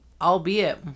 albeit